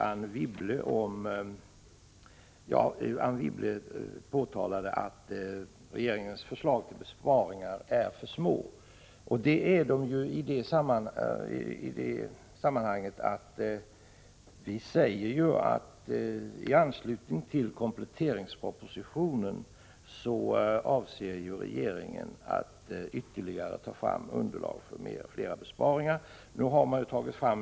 Anne Wibble påtalade att regeringens förslag till besparingar är för små. I anslutning till kompletteringspropositionen avser regeringen att ta fram ytterligare underlag för fler besparingar.